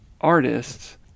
artists